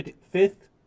fifth